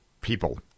people